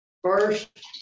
First